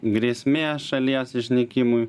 grėsmė šalies išnykimui